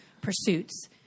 pursuits